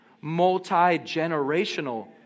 multi-generational